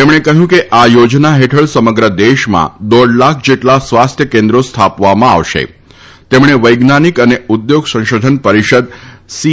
તક્ષણાકહ્યું કે આ યોજના હેઠળ સમગ્ર દેશમાં દોઢ લાખ જેટલા સ્વાસ્થ્ય કેન્દ્રો સ્થાપવામાં આવશા તપ્રાણ વૈજ્ઞાનિક અન ઉદ્યોગ સંંશોધન પરિષદ સી